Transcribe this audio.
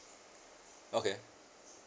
okay